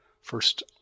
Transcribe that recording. first